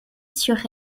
sur